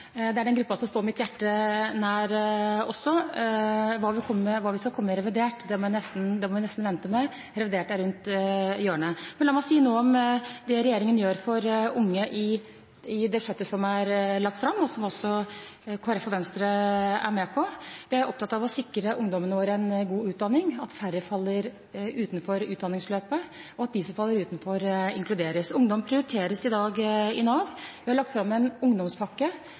Det er en gruppe som står mitt hjerte nær også. Hva vi skal komme med i revidert nasjonalbudsjett, må vi nesten vente med – revidert er like rundt hjørnet. La meg si noe om det regjeringen gjør for unge i det budsjettet som er lagt fram, som også Kristelig Folkeparti og Venstre er med på. Jeg er opptatt av å sikre ungdommene våre en god utdanning, at færre faller utenfor utdanningsløpet, og at de som faller utenfor, inkluderes. Ungdom prioriteres i dag i Nav. Vi har lagt fram en ungdomspakke